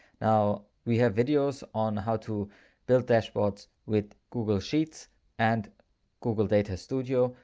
now, we have videos on how to build dashboards with google sheets and google data studio.